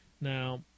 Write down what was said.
Now